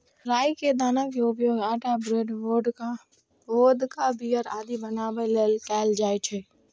राइ के दाना के उपयोग आटा, ब्रेड, वोदका, बीयर आदि बनाबै लेल कैल जाइ छै